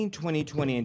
2020